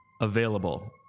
available